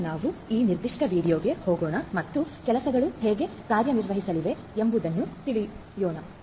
ಈಗ ನಾವು ಈ ನಿರ್ದಿಷ್ಟ ವಿಂಡೋಗೆ ಹೋಗೋಣ ಮತ್ತು ಕೆಲಸಗಳು ಹೇಗೆ ಕಾರ್ಯನಿರ್ವಹಿಸಲಿವೆ ಎಂಬುದನ್ನು ತಿಳಿಯೋಣ